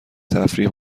تفریح